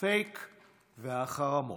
הפייק והחרמות.